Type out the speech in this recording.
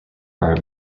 are